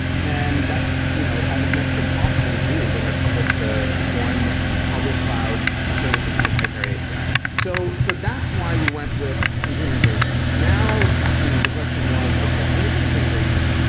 then that's you know almost next to impossible to do when you're coupled to one public cloud ah services proprietary api yeah so so that's why we went with containerization. now you know the question was, okay. if we're going to do containerization,